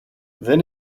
δεν